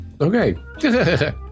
okay